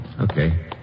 Okay